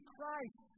Christ